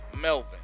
Melvin